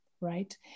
right